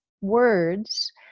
words